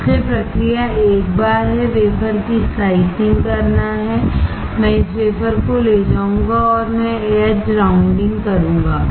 इसलिए प्रक्रिया एक बार है वेफर की स्लाइसिंग करना है मैं इस वेफर को ले जाऊंगा और मैं एज राउंडिंग करूंगा